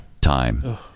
time